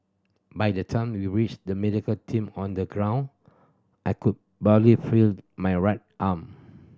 by the time we reached the medical team on the ground I could barely feel my right arm